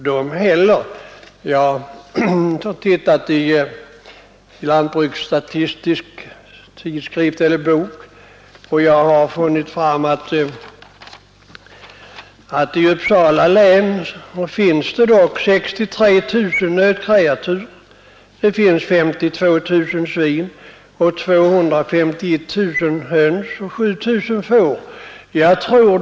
Jag har tittat i Lantbruksstatistisk Tidskrift, där jag funnit att Uppsala län har 63 000 nötkreatur, 52 000 svin, 251 000 höns och 7 000 får.